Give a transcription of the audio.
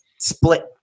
split